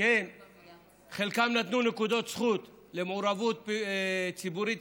חלקם נתנו נקודות זכות למעורבות ציבורית